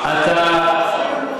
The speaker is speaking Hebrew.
אתה אוכל,